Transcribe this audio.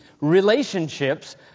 relationships